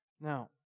Now